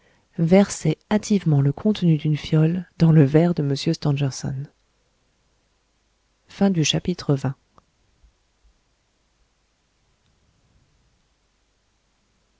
versait hâtivement le contenu d'une fiole dans le verre de m stangerson